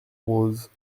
roses